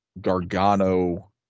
Gargano